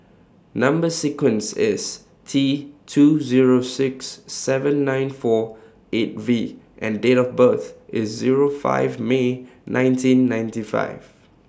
Number sequence IS T two Zero six seven nine four eight V and Date of birth IS Zero five May nineteen ninety five